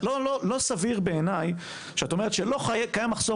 לא סביר בעיניי שלא קיים מחסור,